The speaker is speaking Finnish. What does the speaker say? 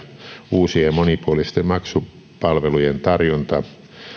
uusien ja monipuolisten maksupalvelujen tarjonta